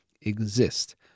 exist